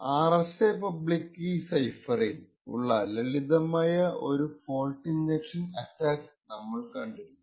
RSA public key സൈഫറിൻ മേൽ ഉള്ള ലളിതമായ ഒരു ഫോൾട്ട് ഇൻജെക്ഷൻ അറ്റാക്ക് നമ്മൾ കണ്ടിരുന്നു